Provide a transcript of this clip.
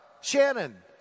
Shannon